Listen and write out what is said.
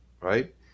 right